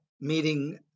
meeting